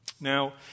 Now